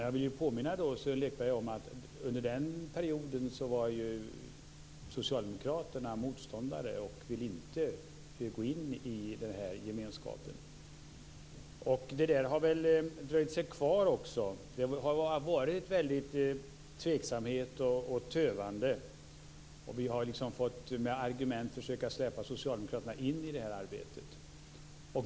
Jag vill påminna Sören Lekberg om att socialdemokraterna på den tiden var EG-motståndare och inte ville gå in i gemenskapen. Detta har också dröjt sig kvar. Det har varit mycket av tveksamhet och tövande, och vi har med argument försökt släpa socialdemokraterna in i arbetet.